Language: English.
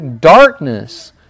darkness